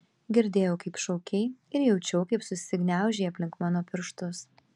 girdėjau kaip šaukei ir jaučiau kaip susigniaužei aplink mano pirštus